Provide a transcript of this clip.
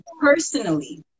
personally